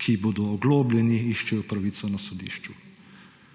ki bodo oglobljeni, iščejo pravico na sodišču.